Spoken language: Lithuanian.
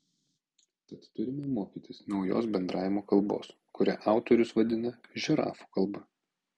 tad turime mokytis naujos bendravimo kalbos kurią autorius vadina žirafų kalba